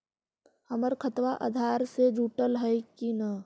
हमर खतबा अधार से जुटल हई कि न?